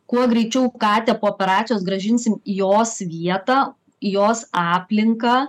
kuo greičiau katę po operacijos grąžinsim į jos vietą į jos aplinką